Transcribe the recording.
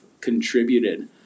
contributed